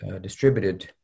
distributed